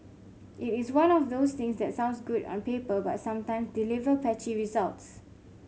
it is one of those things that sounds good on paper but sometime deliver patchy results